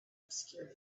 obscured